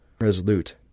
Resolute